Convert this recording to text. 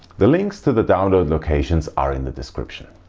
the links to the download locations are in the description.